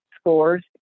scores